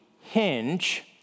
hinge